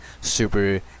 super